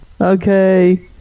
okay